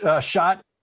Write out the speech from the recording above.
shot